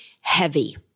heavy